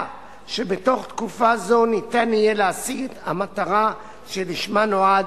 שבתוך תקופה זו ניתן יהיה להשיג את המטרה שלשמה נועד,